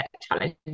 challenge